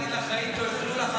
הוא ניסה להגיד: לא הפריעו לך,